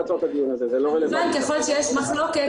ככל שיש מחלוקת,